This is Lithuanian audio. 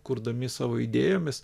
kurdami savo idėjomis